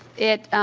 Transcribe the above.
it